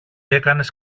έκανες